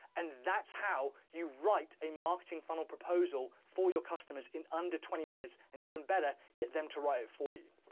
and that's how you write a marketing funnel proposal for your customers in under twenty. minutes and even better get them to write for you.